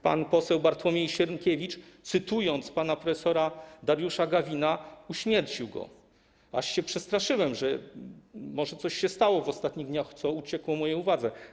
Pan poseł Bartłomiej Sienkiewicz, cytując pana prof. Dariusza Gawina, uśmiercił go, aż się przestraszyłem, że może coś się stało w ostatnich dniach, co uszło mojej uwadze.